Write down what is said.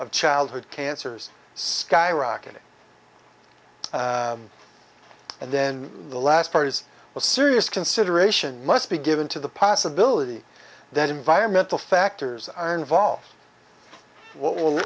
of childhood cancers skyrocketing and then the last part is a serious consideration must be given to the possibility that environmental factors are involved w